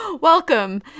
Welcome